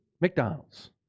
McDonald's